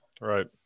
Right